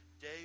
day